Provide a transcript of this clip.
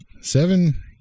Seven